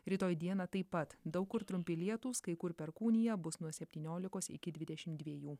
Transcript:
rytoj dieną taip pat daug kur trumpi lietūs kai kur perkūnija bus nuo septyniolikos iki dvidešim dviejų